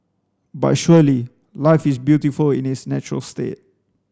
but surely life is beautiful in its natural state